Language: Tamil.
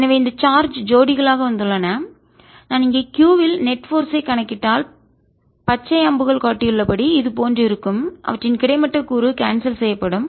எனவே இந்த சார்ஜ் ஜோடிகளாக வந்துள்ளன நான் இங்கே q இல் நெட் போர்ஸ் ஐ நிகர விசை கணக்கிட்டால் பச்சை அம்புகள் காட்டியபடி இதுபோன்று இருக்கும் அவற்றின் கிடைமட்ட கூறு கான்செல் செய்யப்படும்